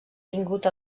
tingut